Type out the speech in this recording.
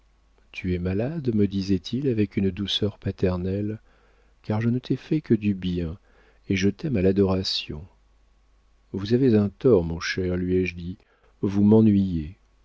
tu es malade me disait-il avec une douceur paternelle car je ne t'ai fait que du bien et je t'aime à l'adoration vous avez un tort mon cher lui ai-je dit vous m'ennuyez